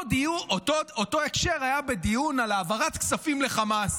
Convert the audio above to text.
אותו הקשר היה בדיון על העברת כספים לחמאס.